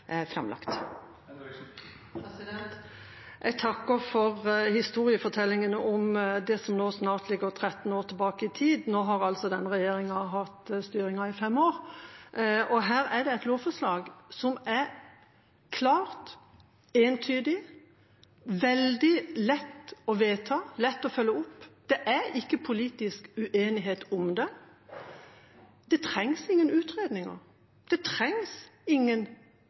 Jeg takker for historiefortellingen om det som nå snart ligger 13 år tilbake i tid. Nå har altså denne regjeringa hatt styringen i fem år, og her er det et lovforslag som er klart, entydig, veldig lett å vedta og lett å følge opp. Det er ikke politisk uenighet om det, det trengs ingen utredninger, det trengs ingen